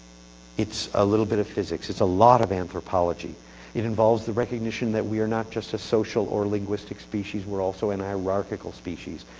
it's a little bit of physics, and a lot of anthropology it involves the recognition that we are not just a social or linguistic species, we're also an hierarchical species,